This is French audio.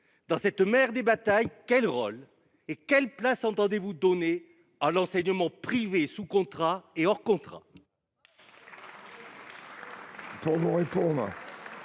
Dans cette « mère des batailles », quel rôle et quelle place entendez vous donner à l’enseignement privé, sous contrat et hors contrat ?